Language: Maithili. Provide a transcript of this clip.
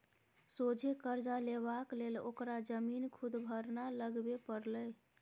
सोझे करजा लेबाक लेल ओकरा जमीन सुदभरना लगबे परलै